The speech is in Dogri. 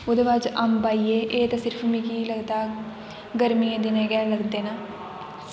ओह्दे बाद च अम्ब आई गे एह् ते सिर्फ मिगी लगदा सिर्फ गर्मियें दिनें गै लगदे न